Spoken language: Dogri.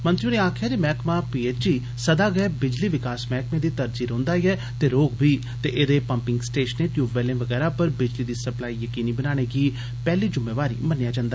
मंत्री होरें आक्खेआ जे मैहकमा पीएचई सदा गै बिजली विकास मैहकमें दी तरजीह रोन्दा ऐ ते रौह्ग बी ते एह्दे पम्पिग स्टेशनें टयूब बेल्लै बगैरा पर बिजली दी सप्लाई यकीनी बनाने गी पैहली जुम्मेबारी मन्नेया जन्दा